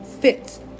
fits